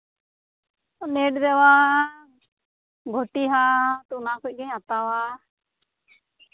made ᱨᱮᱭᱟᱜ ᱜᱷᱚᱴᱤ ᱦᱟᱛ ᱚᱱᱟ ᱠᱩᱡ ᱜᱤᱧ ᱦᱟᱛᱟᱣᱟ